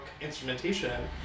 instrumentation